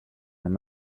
and